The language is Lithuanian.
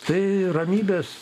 tai ramybės